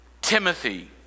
Timothy